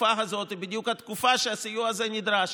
התקופה הזאת היא בדיוק התקופה שבה הסיוע הזה נדרש.